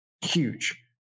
huge